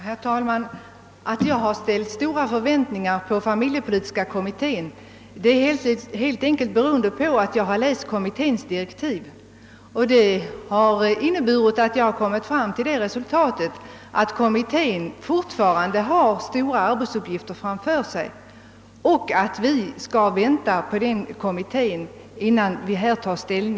Herr talman! Orsaken till att jag har ställt stora förväntningar på familjepolitiska kommittén är helt enkelt att jag har läst kommitténs direktiv och kommit till den uppfattningen att kommittén alltjämt har stora arbetsuppgifter framför sig och att vi därför skall vänta på kommitténs förslag innan vi fattar beslut.